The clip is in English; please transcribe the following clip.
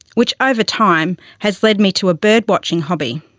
which over time, has led me to a birdwatching hobby.